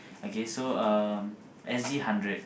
okay so um S_G hundred